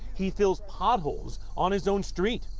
he fills potholes on his own street.